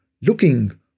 looking